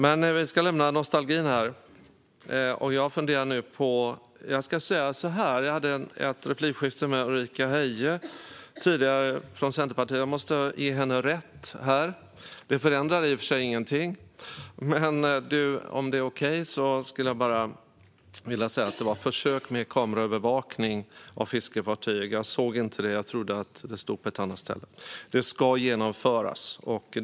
Men vi lämnar nostalgin. Tidigare hade jag ett replikskifte med Ulrika Heie från Centerpartiet. Jag måste ge henne rätt. Det förändrar i och för sig ingenting, men om det är okej skulle jag bara vilja säga att det är försök med kameraövervakning av fiskefartyg som ska genomföras. Jag såg inte det; jag trodde att det stod på ett annat ställe. Det ska genomföras.